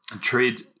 Trade